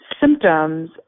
symptoms